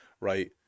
right